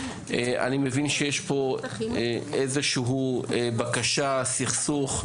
אני מבין שיש פה איזושהי בקשה, סכסוך,